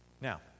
Now